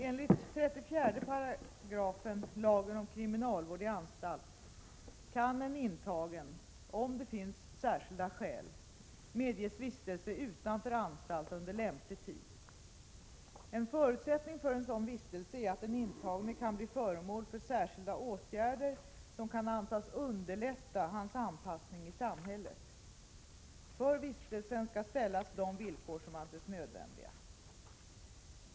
Enligt 34 § lagen om kriminalvård i anstalt kan en intagen — om det finns särskilda skäl — medges vistelse utanför anstalt under lämplig tid. En förutsättning för en sådan vistelse är att den intagne kan bli föremål för särskilda åtgärder som kan antas underlätta hans anpassning i samhället. För vistelsen skall ställas de villkor som anses nödvändiga.